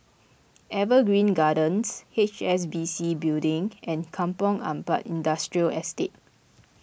Evergreen Gardens H S B C Building and Kampong Ampat Industrial Estate